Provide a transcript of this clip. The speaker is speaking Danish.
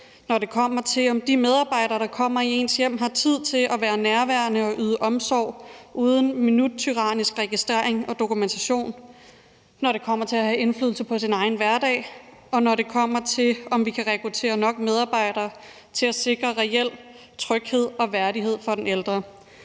når det kommer til, om de medarbejdere, der kommer i ens hjem, har tid til at være nærværende og yde omsorg uden minuttyrannisk registrering og dokumentation, når det kommer til at have indflydelse på sin egen hverdag, og når det kommer til, om vi kan rekruttere nok medarbejdere til at sikre reel tryghed og værdighed for den ældre.